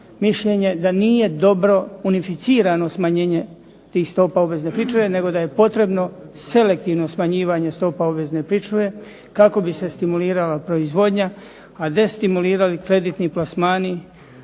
mišljenje da nije dobro unificirano smanjenje tih stopa obvezne pričuve, nego da je potrebno selektivno smanjivanje stopa obvezne pričuve kako bi se stimulirala proizvodnja, a destimulirali kreditni plasmani